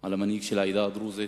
על המנהיג של העדה הדרוזית,